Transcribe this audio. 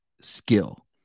skill